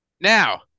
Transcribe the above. Now